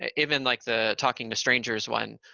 ah even like the talking to strangers one.